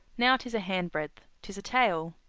now, tis a handbreadth, tis a tale